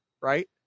right